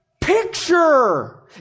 picture